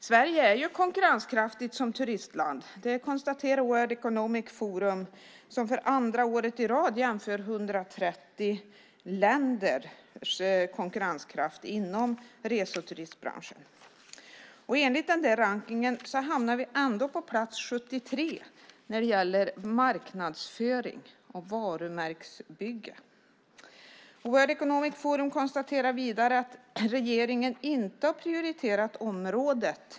Sverige är konkurrenskraftigt som turistland. Det konstaterar World Economic Forum som för andra året i rad jämför 130 länders konkurrenskraft inom rese och turistbranschen. Enligt den rankningen hamnar vi på plats 73 när det gäller marknadsföring och varumärkesbygge. World Economic Forum konstaterar vidare att regeringen inte har prioriterat området.